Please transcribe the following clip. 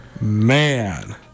Man